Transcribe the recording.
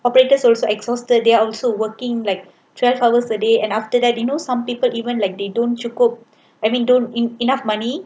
operators also exhausted they're also working like twelve hours a day and after that you know some people even like they don't I mean don't en~ enough money